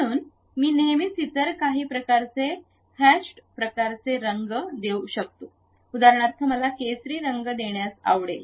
म्हणून मी नेहमीच इतर काही प्रकारचे हॅशड प्रकारचे रंग देऊ शकतो उदाहरणार्थ मला केसरी रंग देण्यास आवडेल